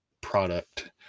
product